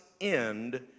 end